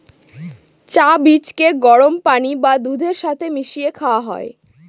চা বীজকে গরম পানি বা দুধের সাথে মিশিয়ে খাওয়া হয়